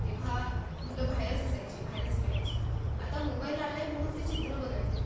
तेव्हा मुलं बाहेरच असायची बाहेरच खेळायची आता मोबाईल आलं आहे म्हणून ते चित्र बदललं आहे